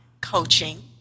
coaching